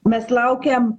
mes laukiam